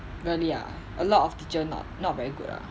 really ah a lot of teacher not not very good ah